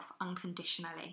unconditionally